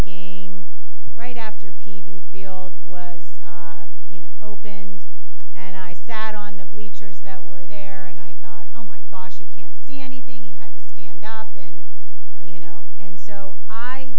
game right after p b field was you know opened and i sat on the bleachers that were there and i thought oh my gosh you can't see anything he had to stand up and you know and so i